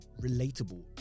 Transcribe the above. relatable